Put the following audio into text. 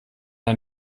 ein